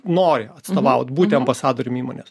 nori atstovaut būti ambasadoriumi įmonės